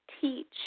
teach